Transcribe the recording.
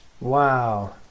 Wow